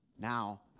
Now